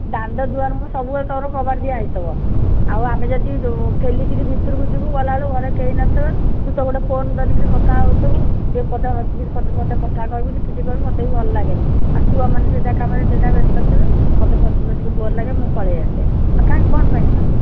ଦାଣ୍ଡ ଦୁଆର ମୁହଁ ସବୁବେଳେ ତୋର କବାଟ ଦିଆ ହେଇଥିବ ଆଉ ଆମେ ଯଦି ଯେଉଁ ଠେଲିକରି ଭିତରକୁ ଯିବୁ ଗଲାବେଳକୁ ଘରେ କେହି ନଥିବେ ତୁ ତ ଗୋଟେ ଫୋନ୍ ଧରିକିନି କଥା ହେଉଥିବୁ ଟିକେ ପଦେ ହସିକରି ପଦେ କଥା କହିବୁନି କିଛି କହିବୁନି ମୋତେ ବି ଭଲ ଲାଗେନି ଆଉ ଛୁଆମାନେ ଯେଝା କାମରେ ଯେଝା ବ୍ୟସ୍ତ ଥିବେ ମୋତେ ବସି ବସିକି ବୋର୍ ଲାଗେ ମୁଁ ପଳାଇ ଆସେ ଆଉ କାହିଁ କ'ଣ ପାଇଁ ଯିବି